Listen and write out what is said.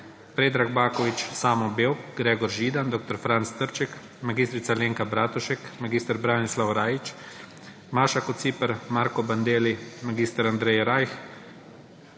Predrag Baković, Samo Bevk, Gregor Židan, dr. Franc Trček, mag. Alenka Bratušek, mag. Branislav Rajić, Maša Kociper, Marko Bandelli, mag. Andrej Rajh,